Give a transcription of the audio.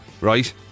right